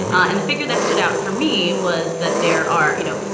and and the figure that stood out for me was that there are you know,